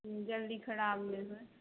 हूँ जल्दी खराब नहि होए